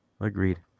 Agreed